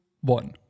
one